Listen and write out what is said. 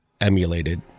emulated